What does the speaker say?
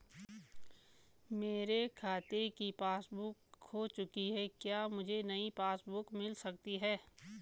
मेरे खाते की पासबुक बुक खो चुकी है क्या मुझे नयी पासबुक बुक मिल सकती है?